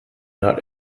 not